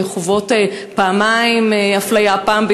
שעוברות אפליה פעמיים,